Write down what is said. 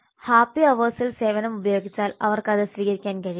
happy അവേഴ്സിൽ സേവനം ഉപയോഗിച്ചാൽ അവർക്ക് അത് സ്വീകരിക്കാൻ കഴിയും